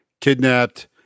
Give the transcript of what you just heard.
kidnapped